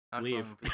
Leave